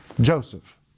Joseph